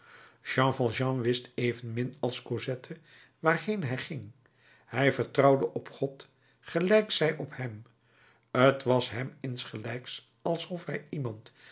jean valjean wist evenmin als cosette waarheen hij ging hij vertrouwde op god gelijk zij op hem t was hem insgelijks alsof hij iemand